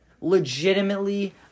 Legitimately